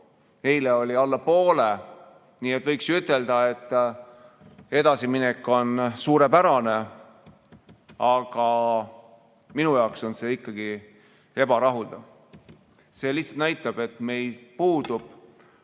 Eile oli alla poole, nii et võiks ju ütelda, et edasiminek on suurepärane. Aga minu jaoks on see ikkagi ebarahuldav. See lihtsalt näitab, et meil puudub